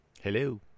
Hello